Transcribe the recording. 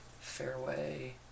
Fairway